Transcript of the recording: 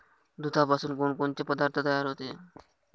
दुधापासून कोनकोनचे पदार्थ तयार होते?